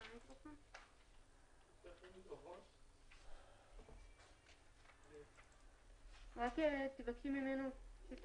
שלום לכולם, אני מבקש להתייחס